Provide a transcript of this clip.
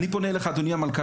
אני פונה אליך אדוני המנכ"ל,